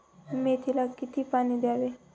मेथीला किती पाणी द्यावे?